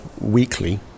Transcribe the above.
weekly